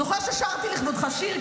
זוכר ששרתי לכבודך שיר,